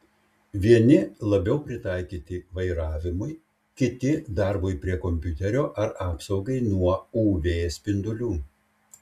vieni labiau pritaikyti vairavimui kiti darbui prie kompiuterio ar apsaugai nuo uv spindulių